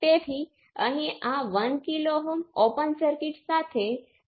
તેથી પાછળથી આ યુનિટ માં આપણે રેસિપ્રોસિટિ થિયોરમ સાબિત કરવા જઈશું